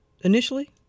initially